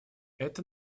это